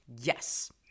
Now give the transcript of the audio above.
yes